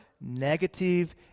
negative